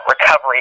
recovery